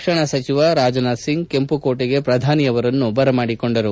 ರಕ್ಷಣಾ ಸಚಿವ ರಾಜನಾಥ್ ಸಿಂಗ್ ಕೆಂಪು ಕೋಟೆಗೆ ಪ್ರಧಾನಿ ಅವರನ್ನು ಬರಮಾಡಿಕೊಂಡರು